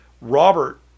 Robert